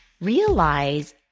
Realize